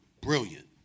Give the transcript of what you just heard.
brilliant